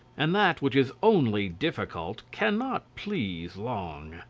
and that which is only difficult cannot please long.